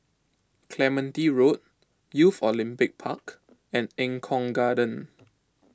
Clementi Road Youth Olympic Park and Eng Kong Garden